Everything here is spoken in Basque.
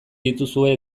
dituzue